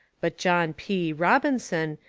but john p. robinson,